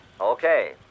Okay